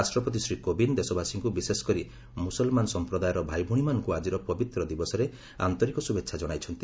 ରାଷ୍ଟ୍ରପତି ଶ୍ରୀ କୋବିନ୍ଦ ଦେଶବାସୀଙ୍କୁ ବିଶେଷକରି ମୁଲସମାନ ସଂପ୍ରଦାୟର ଭାଇଭଉଣୀମାନଙ୍କୁ ଆଜିର ପବିତ୍ର ଦିବସରେ ଆନ୍ତରିକ ଶୁଭେଚ୍ଛା ଜଣାଇଛନ୍ତି